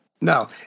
No